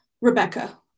Rebecca